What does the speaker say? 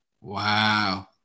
Wow